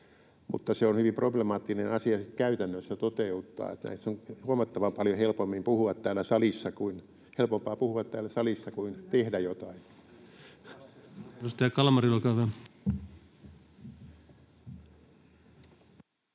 mutta se on hyvin problemaattinen asia sitten käytännössä toteuttaa. On huomattavan paljon helpompaa puhua täällä salissa kuin tehdä jotain.